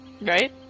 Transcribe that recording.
right